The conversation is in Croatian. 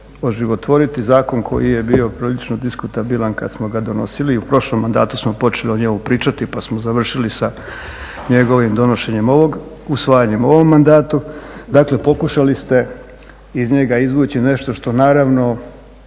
oživotvoriti zakon koji je bio prilično diskutabilan kada samo ga donosili i u prošlom mandatu smo počeli o njemu pričati pa smo završili sa njegovim donošenjem ovog, usvajanjem u ovom mandatu. Dakle pokušali ste iz njega izvući nešto što naravno